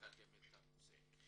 לקדם את הנושא.